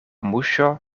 muŝo